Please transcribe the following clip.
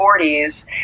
40s